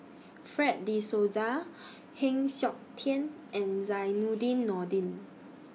Fred De Souza Heng Siok Tian and Zainudin Nordin